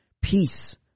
peace